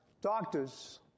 Doctors